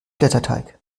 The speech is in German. blätterteig